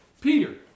Peter